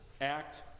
Act